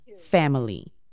family